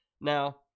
Now